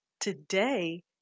Today